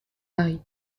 mari